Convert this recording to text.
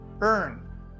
earn